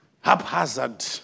Haphazard